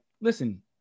listen